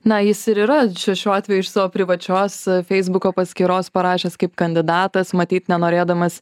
na jis ir yra čia šiuo atveju iš savo privačios feisbuko paskyros parašęs kaip kandidatas matyt nenorėdamas